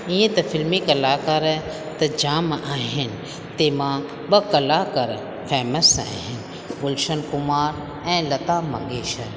ईअं त फ़िल्मी कलाकार त जाम आहिनि तंहिंमां ॿ कलाकार फैमस आहिनि गुलशन कुमार ऐ लता मंगेशर